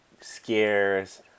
scares